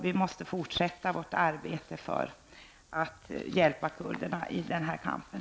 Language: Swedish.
Vi måste fortsätta vårt arbete för att hjälpa kurderna i den här kampen.